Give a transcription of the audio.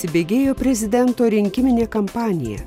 įsibėgėjo prezidento rinkiminė kampanija